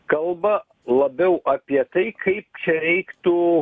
kalba labiau apie tai kaip čia reiktų